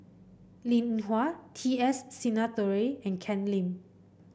Linn In Hua T S Sinnathuray and Ken Lim